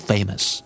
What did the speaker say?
Famous